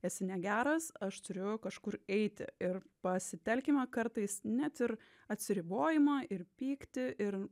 esi negeras aš turiu kažkur eiti ir pasitelkime kartais net ir atsiribojimą ir pyktį ir